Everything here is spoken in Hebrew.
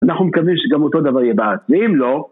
אנחנו מקווים שגם אותו דבר יהיה בעד, ואם לא...